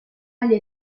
agli